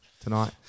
tonight